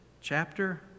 chapter